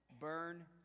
Burn